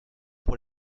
pour